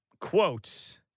quote